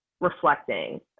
reflecting